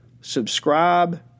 subscribe